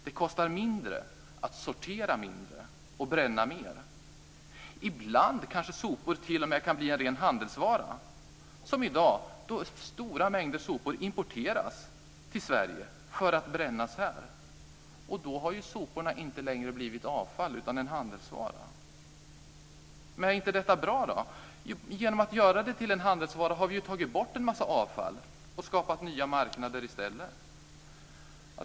Det kostar mindre att sortera mindre och bränna mer. Ibland kanske sopor t.o.m. kan bli en ren handelsvara, som i dag när stora mängder sopor importeras till Sverige för att brännas här. Då har soporna inte längre blivit avfall utan en handelsvara. Är då inte detta bra? Genom att göra det till en handelsvara har vi tagit bort en massa avfall och skapat nya marknader i stället.